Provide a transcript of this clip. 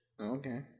okay